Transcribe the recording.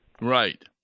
Right